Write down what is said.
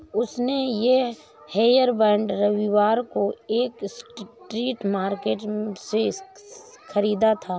उसने ये हेयरबैंड रविवार को एक स्ट्रीट मार्केट से खरीदा था